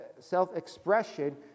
self-expression